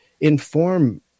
inform